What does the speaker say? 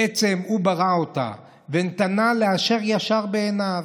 בעצם הוא ברא אותה, ונתנה לאשר ישר בעיניו.